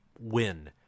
win